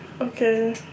Okay